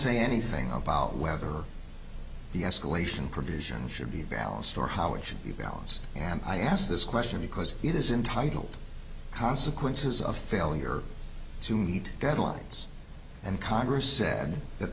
say anything about whether the escalation provisions should be balanced or how it should be balanced and i asked this question because it is in title consequences of failure to meet deadlines and congress said that